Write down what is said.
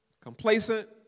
complacent